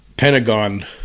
pentagon